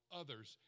others